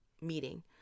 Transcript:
meeting